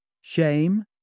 Shame